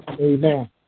Amen